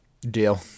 deal